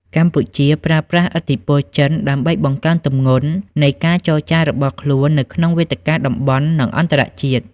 កម្ពុជាប្រើប្រាស់ឥទ្ធិពលចិនដើម្បីបង្កើនទម្ងន់នៃការចរចារបស់ខ្លួននៅក្នុងវេទិកាតំបន់ និងអន្តរជាតិ។